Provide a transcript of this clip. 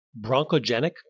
Bronchogenic